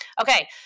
Okay